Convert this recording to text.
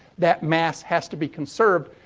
that mass has to be conserved.